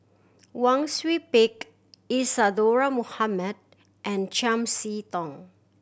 Wang Sui Pick Isadhora Mohamed and Chiam See Tong